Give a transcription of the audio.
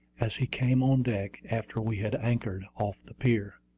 as he came on deck after we had anchored off the pier.